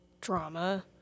drama